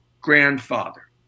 grandfather